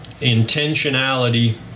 intentionality